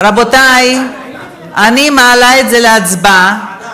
רבותי, אני מעלה את זה להצבעה.